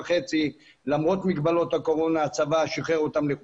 למרות מגבלות הקורונה יצאו אחרי חודש,